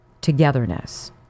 togetherness